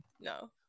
no